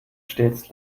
stets